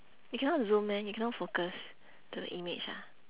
you cannot zoom meh you cannot focus to the image ah